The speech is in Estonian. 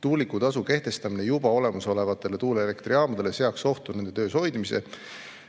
Tuulikutasu kehtestamine juba olemasolevatele tuuleelektrijaamadele seaks ohtu nende töös hoidmise,